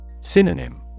Synonym